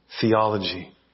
theology